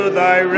thy